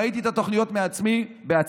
ראיתי את התוכניות בעצמי,